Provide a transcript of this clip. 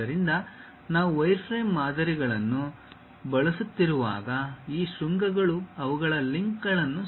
ಆದ್ದರಿಂದ ನಾವು ವೈರ್ಫ್ರೇಮ್ ಮಾದರಿಗಳನ್ನು ಬಳಸುತ್ತಿರುವಾಗ ಈ ಶೃಂಗಗಳು ಅವುಗಳ ಲಿಂಕ್ಗಳನ್ನು links